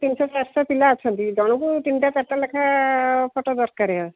ତିରିଶ ଚାଳିଶ ପିଲା ଅଛନ୍ତି ଜଣକୁ ତିନିଟା ଚାରିଟା ଲେଖା ଫଟୋ ଦରକାର